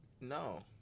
No